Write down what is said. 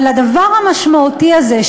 אבל הדבר המשמעותי הזה,